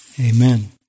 Amen